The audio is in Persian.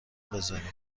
بزارین